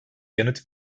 yanıt